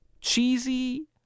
cheesy